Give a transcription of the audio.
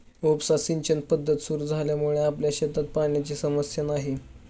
उपसा सिंचन पद्धत सुरु झाल्यामुळे आपल्या शेतात पाण्याची समस्या नाही